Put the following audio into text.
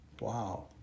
Wow